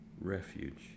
refuge